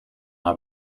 haar